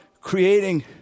creating